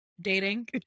dating